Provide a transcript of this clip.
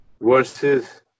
versus